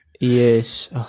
Yes